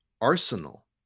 arsenal